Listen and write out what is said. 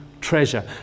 treasure